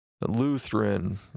Lutheran